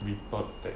we thought that